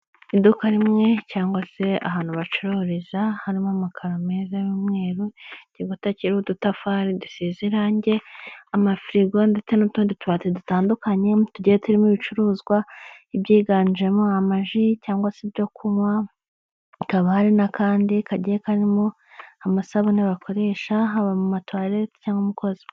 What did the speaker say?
Iduka rimwe cyangwa se ahantu bacururiza, harimo amakararo meza y'umweru. Igikuta kiriho udutafari dusize irange, amafirigo ndetse n'utundi tubati dutandukanye. Tugiye turimo ibicuruzwa, ibyiganjemo amaji cyangwa se ibyo kunywa. Hakaba hari n'akandi kagiye karimo amasabune bakoresha, haba mu matuwarete cyangwa umukozi.